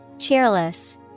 Cheerless